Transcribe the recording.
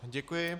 Děkuji.